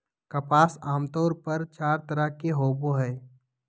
कपास आमतौर पर चार तरह के होवो हय